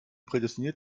prädestiniert